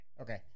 Okay